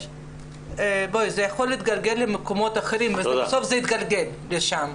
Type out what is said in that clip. זה יכול להתגלגל למקומות אחרים ובסוף זה יתגלגל לשם.